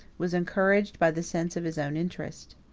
was encouraged by the sense of his own interest.